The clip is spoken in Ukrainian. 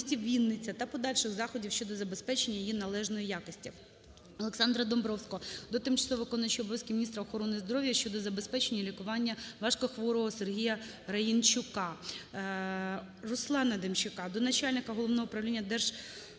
Вінниця та подальших заходів щодо забезпечення її належної якості.